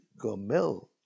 Gomel